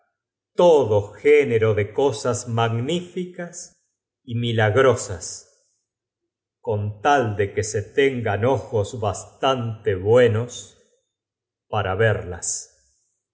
todo género de cosas caría un año después mago f ficas y milagrosas coo tal de que se al cabo de un nño en efecto el novio tengan ojos bastante buenos para verlas